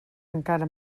encara